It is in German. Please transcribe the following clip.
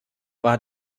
war